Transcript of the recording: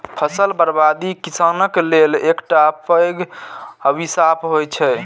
फसल बर्बादी किसानक लेल एकटा पैघ अभिशाप होइ छै